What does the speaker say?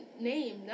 name